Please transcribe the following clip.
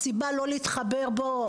הסיבה לא להתחבר בוא,